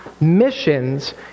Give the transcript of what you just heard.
missions